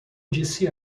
disse